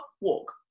walk